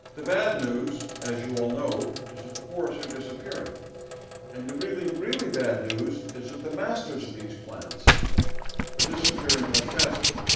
the bad news as you all know is that the forests are disappearing and the really, really bad news is that the masters of these plants are disappearing much faster.